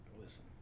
listen